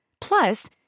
Plus